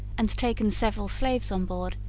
and taken several slaves on board,